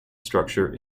structure